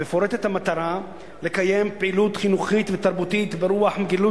מפורטת המטרה "לקיים פעילות חינוכית ותרבותית ברוח מגילת